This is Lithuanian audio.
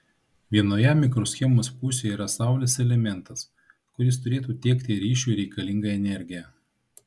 vienoje mikroschemos pusėje yra saulės elementas kuris turėtų tiekti ryšiui reikalingą energiją